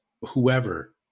whoever